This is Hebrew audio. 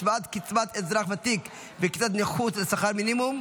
השוואת קצבת אזרח ותיק וקצבת נכות לשכר מינימום),